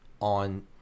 on